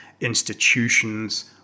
institutions